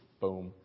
Boom